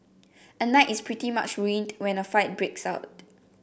a night is pretty much ruined when a fight breaks out